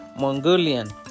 Mongolian